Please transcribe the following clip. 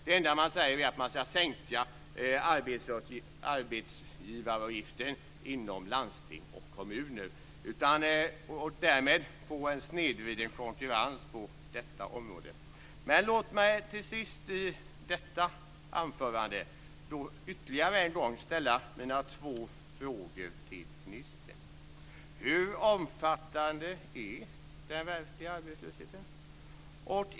Det enda som sägs är att man ska sänka arbetsgivaravgiften inom landsting och kommuner och därmed få en snedvriden konkurrens på detta område. Låt mig till sist i detta anförande ytterligare en gång ställa mina två frågor till ministern: Hur omfattande är den verkliga arbetslösheten?